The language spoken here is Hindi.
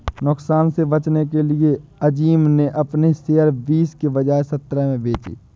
नुकसान से बचने के लिए अज़ीम ने अपने शेयर बीस के बजाए सत्रह में बेचे